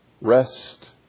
Rest